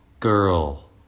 Girl